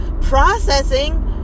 processing